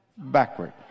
backward